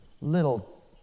little